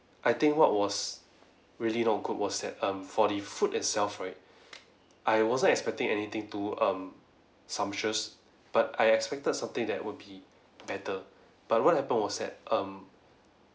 I think what was really not good was that um for the food itself right I wasn't expecting anything to um sumptuous but I expected something that would be better but what happened was that um